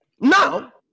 now